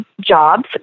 jobs